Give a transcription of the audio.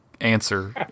answer